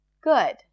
Good